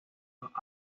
los